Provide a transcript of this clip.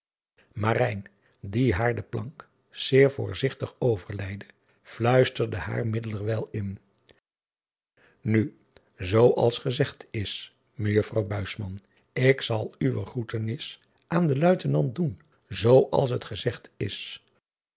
die haar de plank driaan oosjes zn et leven van illegonda uisman zeer voorzigtig overleidde fluisterde haar middelerwijl in u zoo als gezegd is ejuffrouw ik zal uwe groetenis aan den uitenant doen zoo als t gezegd is